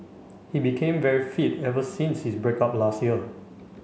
he became very fit ever since his break up last year